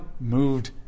moved